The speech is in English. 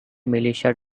militia